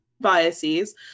biases